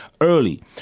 early